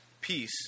peace